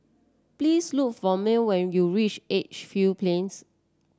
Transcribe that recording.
please look for Mearl when you reach Edgefield Plains